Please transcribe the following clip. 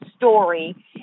story